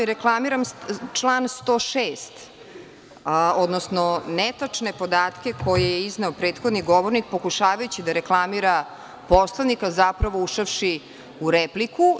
Reklamiram član 106, odnosno netačne podatke koje je izneo prethodni govornik pokušavajući da reklamira Poslovnik, a zapravo ušavši u repliku.